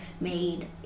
made